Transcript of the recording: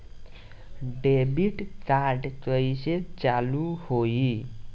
Debit card कइसे चालू होई?